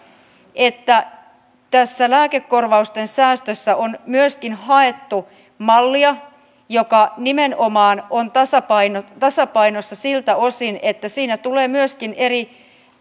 tässä lääkekorvausten säästössä on myöskin haettu mallia joka nimenomaan on tasapainossa siltä osin että siinä tulee myöskin eri